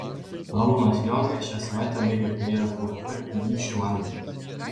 arūnas liogė šią savaitę baigė karjerą uab anykščių vandenys